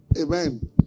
Amen